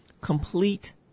complete